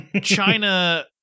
China